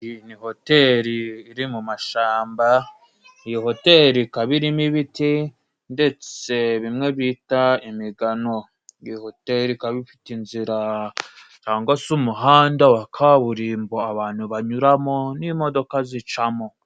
Iyo ni hoteri iri mu mashyamba. Iyi hoteri ikaba irimo ibiti ndetse bimwe bita imigano. Hoteri ikaba ifite inzira cyangwa se umuhanda wa kaburimbo abantu banyuramo n'imodoka zicamo.